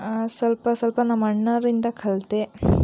ಸ್ವಲ್ಪ ಸ್ವಲ್ಪ ನಮ್ಮ ಅಣ್ಣಾವ್ರಿಂದ ಕಲಿತೆ